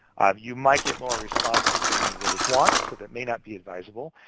you might get more responses than you really want, so that may not be advisable.